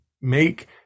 make